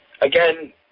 Again